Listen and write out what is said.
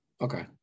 Okay